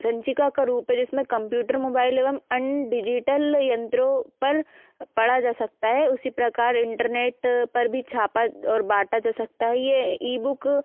संचिका का रूप है जिस में कंप्यूटर मोबाइल एवं अन्य डिजिटल यंत्रों पर पढ़ा जा सकता है उसी प्रकार इंटरनेट पर भी छापा और बांटा जा सकता है ये ईबूक